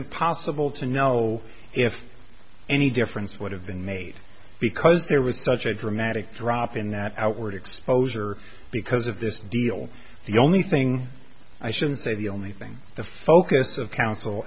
impossible to know if any difference would have been made because there was such a dramatic drop in that outward exposure because of this deal the only thing i should say the only thing the focus of coun